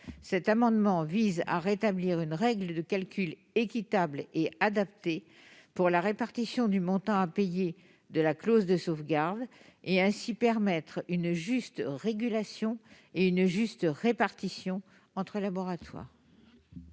Cet amendement vise à rétablir une règle de calcul équitable et adaptée pour la répartition du montant à payer de la clause de sauvegarde et à permettre ainsi une juste régulation et une juste répartition entre laboratoires.